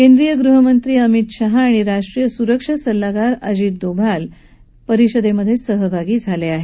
केंद्रीय गृहमंत्री अमित शाह आणि राष्ट्रीय सुरक्षा सल्लागार अजित डोवाल परिषदेमधे सहभागी झाले आहेत